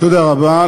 תודה רבה.